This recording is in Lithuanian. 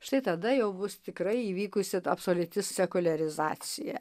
štai tada jau bus tikrai įvykusi absoliuti sekuliarizacija